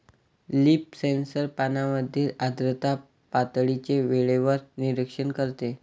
leaf sensor पानांमधील आर्द्रता पातळीचे वेळेवर निरीक्षण करते